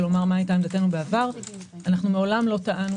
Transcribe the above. ולומר מה היתה עמדתנו בעבר - מעולם לא טענו